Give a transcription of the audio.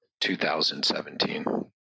2017